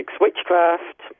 witchcraft